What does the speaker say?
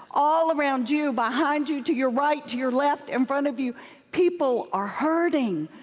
all around you, behind you, to your right, to your left, in front of you people are hurting.